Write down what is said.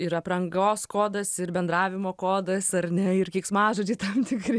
ir aprangos kodas ir bendravimo kodas ar ne ir keiksmažodžiai tam tikri